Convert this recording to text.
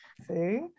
See